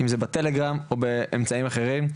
אם זה בטלגרם או באמצעים אחרים,